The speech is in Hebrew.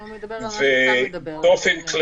הוא מדבר על מה שאתה מדבר, אוסאמה.